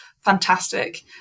fantastic